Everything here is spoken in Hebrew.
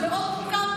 זה מאוד מורכב,